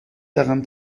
daran